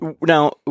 Now